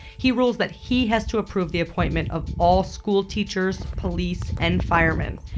he rules that he has to approve the appointment of all school teachers, police and firemen.